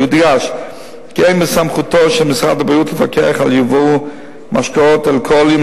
יודגש כי אין בסמכותו של משרד הבריאות לפקח על ייבוא משקאות אלכוהוליים,